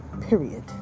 period